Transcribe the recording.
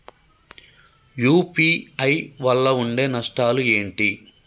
UPI వల్ల ఉండే నష్టాలు ఏంటి??